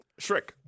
Shrek